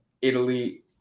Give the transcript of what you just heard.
italy